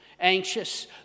anxious